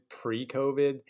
pre-COVID